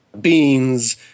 beans